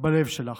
בלב שלך.